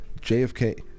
JFK –